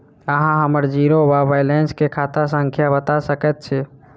अहाँ हम्मर जीरो वा बैलेंस केँ खाता संख्या बता सकैत छी?